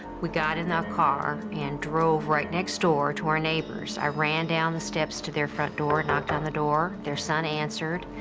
we got in our car and drove right next door to our neighbors. i ran down the steps to their front door, knocked on the door. their son answered.